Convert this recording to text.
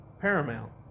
paramount